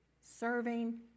Serving